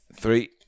three